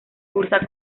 cursa